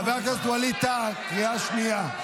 חבר הכנסת ווליד טאהא, קריאה שנייה.